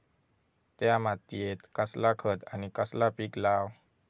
त्या मात्येत कसला खत आणि कसला पीक लाव?